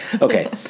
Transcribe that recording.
Okay